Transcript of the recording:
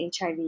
HIV